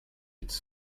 its